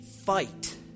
fight